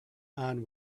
anne